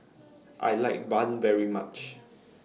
I like Bun very much